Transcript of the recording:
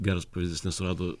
geras pavyzdys nesurado